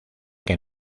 que